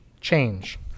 change